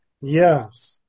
Yes